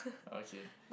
okay